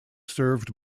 served